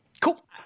Cool